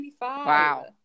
Wow